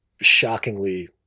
shockingly